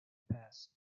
past